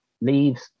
leaves